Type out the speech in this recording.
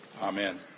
Amen